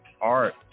art